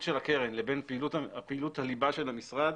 של הקרן לבין פעילות הליבה של המשרד